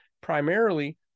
primarily